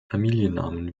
familiennamen